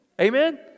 Amen